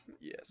Yes